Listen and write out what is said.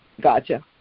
Gotcha